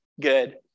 good